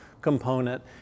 component